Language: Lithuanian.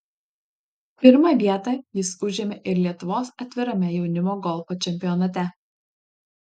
pirmą vietą jis užėmė ir lietuvos atvirame jaunimo golfo čempionate